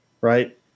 Right